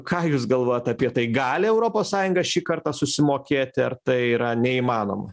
ką jūs galvojat apie tai gali europos sąjunga šį kartą susimokėti ar tai yra neįmanoma